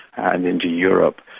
and into europe.